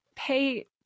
pay